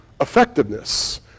effectiveness